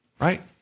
right